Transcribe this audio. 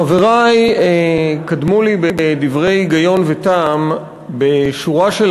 חברי קדמו לי בדברי היגיון וטעם בשורה של